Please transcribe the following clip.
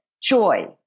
joy